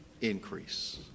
increase